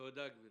תודה גברתי.